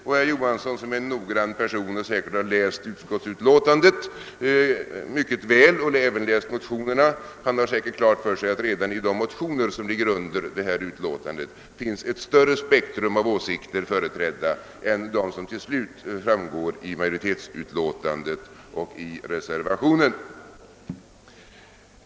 Och herr Johansson, som är en noggrann person och säkerligen läst både utskottsutlåtandet och motionerna väl, har nog klart för sig att redan i de motioner som ligger till grund för utlåtandet finns ett större spektrum av åsikter företrädda än de som till slut framgår av majoritetsutlåtandet och av reservationen.